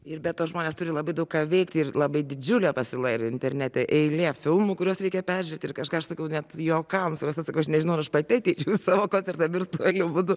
ir be to žmonės turi labai daug ką veikt ir labai didžiulė pasiūla yra internete eilė filmų kuriuos reikia peržiūrėt ir kažką aš sakau net juokavom su rasa sakau aš nežinau ar aš pati savo koncertą virtualiu būdu